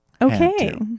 Okay